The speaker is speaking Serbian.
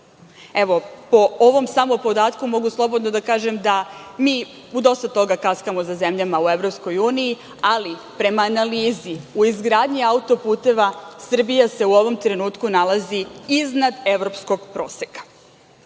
Evo, po samo ovom podatku mogu slobodno da kažem da mi u dosta toga kaskamo za zemljama u EU, ali prema analizi u izgradnji autoputeva Srbija se u ovom trenutku nalazi iznad evropskog proseka. To,